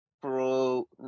pro